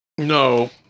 No